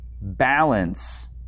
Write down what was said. balance